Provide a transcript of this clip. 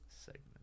segment